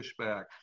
pushback